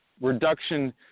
reduction